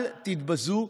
אל תתבזו.